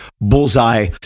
bullseye